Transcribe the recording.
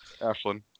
Ashlyn